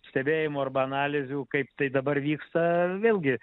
stebėjimų arba analizių kaip tai dabar vyksta vėlgi